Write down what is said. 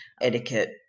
etiquette